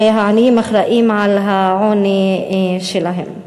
והעניים אחראים לעוני שלהם.